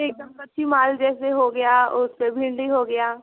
एक दम कच्ची माल जैसे हो गया उस पर भिंडी हो गया